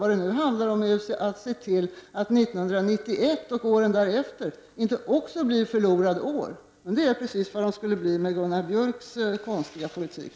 Vad det nu handlar om är att se till att inte också 1991 och åren därefter blir förlorade år, men det är precis vad de skulle bli med Gunnar Björks konstiga politik.